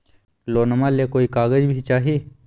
लोनमा ले कोई कागज भी चाही?